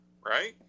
right